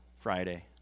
Friday